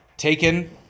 Taken